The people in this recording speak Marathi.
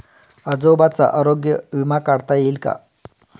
आजोबांचा आरोग्य विमा काढता येईल का?